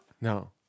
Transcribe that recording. No